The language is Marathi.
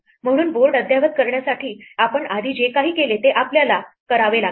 म्हणून बोर्ड अद्ययावत करण्यासाठी आपण आधी जे काही केले ते आपल्याला करावे लागेल